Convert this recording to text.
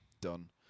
Done